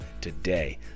today